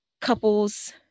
couples